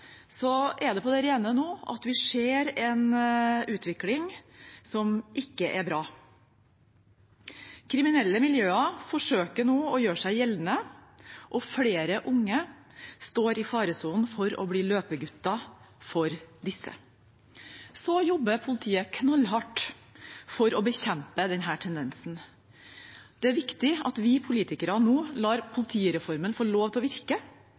Så er det på det rene at vi nå ser en utvikling som ikke er bra. Kriminelle miljøer forsøker nå å gjøre seg gjeldende, og flere unge står i faresonen for å bli løpegutter for disse. Så jobber politiet knallhardt for å bekjempe denne tendensen. Det er viktig at vi politikere nå lar politireformen få lov til å virke,